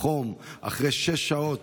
אחרי שש שעות,